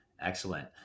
Excellent